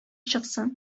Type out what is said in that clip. чыксын